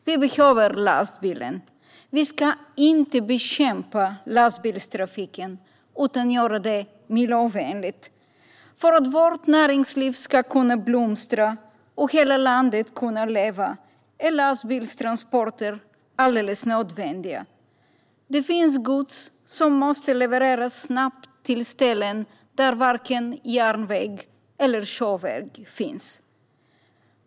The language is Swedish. Vi behöver lastbilen. Vi ska inte bekämpa lastbilstrafiken, utan vi ska göra den miljövänlig. För att vårt näringsliv ska kunna blomstra och hela landet kunna leva är lastbilstransporter alldeles nödvändiga. Det finns gods som måste levereras snabbt till ställen där varken järnväg eller sjöväg finns.